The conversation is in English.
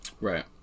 Right